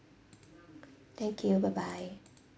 thank you bye bye